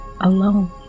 alone